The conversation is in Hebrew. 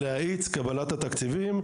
להאיץ את קבלת התקציבים,